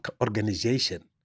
organization